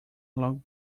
along